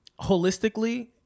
holistically